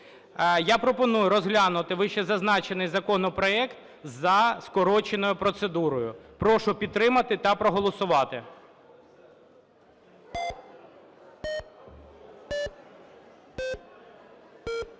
Я пропоную розглянути вищезазначений законопроект за скороченою процедурою. Прошу підтримати та проголосувати. 18:18:01